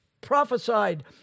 prophesied